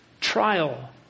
trial